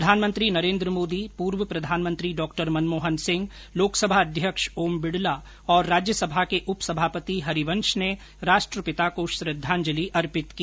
प्रधानमंत्री नरेंद्र मोदी पूर्व प्रधानमंत्री डॉ मनमोहन सिंह लोकसभा अध्यक्ष ओम बिडला और राज्यसभा के उपसभापति हरिवंश ने राष्ट्रपिता को श्रद्वांजलि अर्पित की